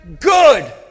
good